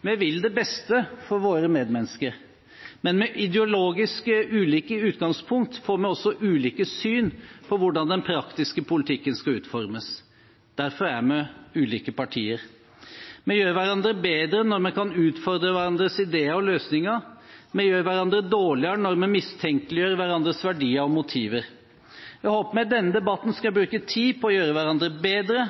Vi vil det beste for våre medmennesker. Men med ulike ideologiske utgangspunkt får vi også ulike syn på hvordan den praktiske politikken skal utformes. Derfor er vi ulike partier. Vi gjør hverandre bedre når vi kan utfordre hverandres ideer og løsninger. Vi gjør hverandre dårligere når vi mistenkeliggjør hverandres verdier og motiver. Jeg håper vi i denne debatten skal bruke tid på å gjøre hverandre bedre.